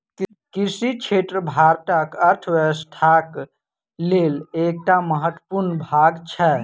कृषि क्षेत्र भारतक अर्थव्यवस्थाक लेल एकटा महत्वपूर्ण भाग छै